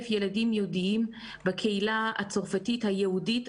ילדים יהודיים בקהילה הצרפתית היהודית,